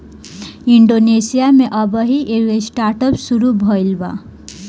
Indonesia में अबही एगो स्टार्टअप शुरू भईल बा